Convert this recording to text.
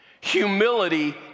Humility